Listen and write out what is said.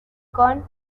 con